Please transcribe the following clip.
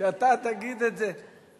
שאתה תגיד את זה?